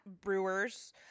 brewers